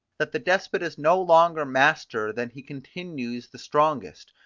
that the despot is no longer master than he continues the strongest,